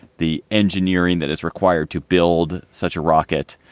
the engineering that is required to build such a rocket.